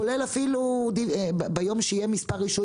כולל אפילו מצב כזה שביום שיהיה מספר רישוי